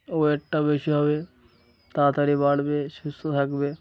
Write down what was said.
ওয়েটটা বেশি হবে তাড়াতাড়ি বাড়বে সুস্থ থাকবে